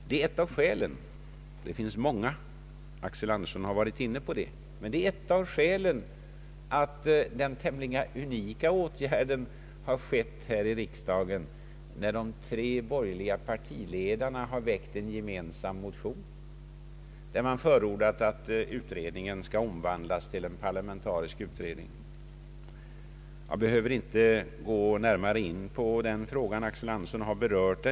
Detta är ett av skälen — fast det finns många, vilket herr Axel Andersson har antytt — till den hittills unika åtgärd som vidtagits här i riksdagen när de tre borgerliga partiledarna väckt en gemensam motion och förordat att U 68 skall omvandlas till en parlamentarisk utredning. Jag behöver inte närmare gå in på den här frågan, eftersom herr Axel Andersson berört den.